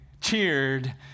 cheered